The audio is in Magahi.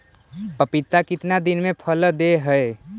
पपीता कितना दिन मे फल दे हय?